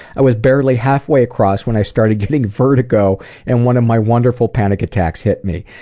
i was barely halfway across when i started getting vertigo and one of my wonderful panic attacks hit me.